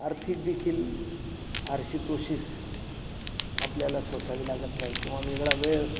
आर्थिक देखील फारशी कोशीश आपल्याला सोसावी लागत नाही किंवा वेगळा वेळ